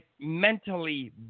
mentally